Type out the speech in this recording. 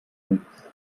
nevis